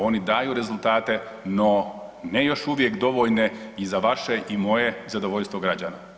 Oni daju rezultate, no ne još uvijek dovoljne i za vaše i moje zadovoljstvo građana.